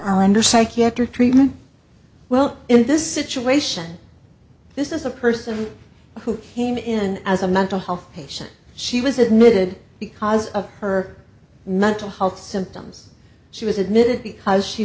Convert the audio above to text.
are under psychiatric treatment well in this situation this is a person who came in as a mental health patient she was admitted because of her not to halt symptoms she was admitted because she